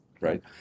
right